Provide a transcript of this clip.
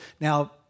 Now